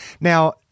Now